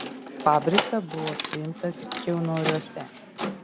pabrica buvo suimtas kiaunoriuose